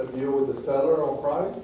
the seller upfront?